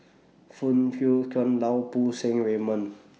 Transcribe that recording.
Phoon Yew Tien Lau Poo Seng Raymond